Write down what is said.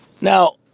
Now